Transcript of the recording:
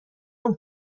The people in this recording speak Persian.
اون